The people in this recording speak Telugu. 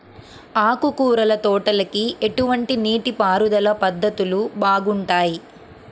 ఆకుకూరల తోటలకి ఎటువంటి నీటిపారుదల పద్ధతులు బాగుంటాయ్?